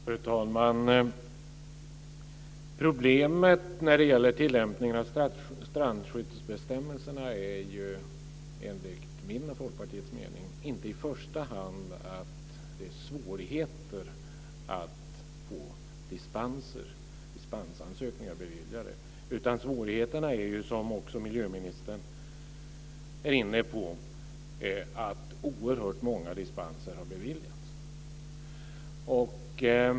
Fru talman! Problemet med tillämpningen av strandskyddsbestämmelserna är enligt min och Folkpartiets mening inte i första hand att det är svårigheter att få dispensansökningar beviljade, utan svårigheterna är att oerhört många dispenser har beviljats. Det var ju också miljöministern inne på.